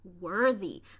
worthy